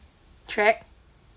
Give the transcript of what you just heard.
track